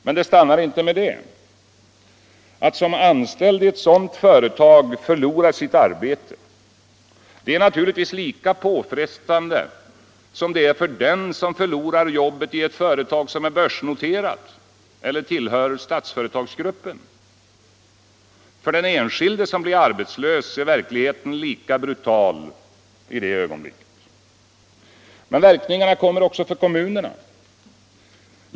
Men det stannar inte med detta — att som anställd i ett sådant företag förlora sitt arbete är naturligtvis lika påfrestande som det är att förlora jobbet i ett företag som är börsnoterat eller tillhör Statsföretagsgruppen. För den enskilde som blir arbetslös är verkligheten lika brutal i det ögonblicket. Men verkningarna kommer också för kommunerna.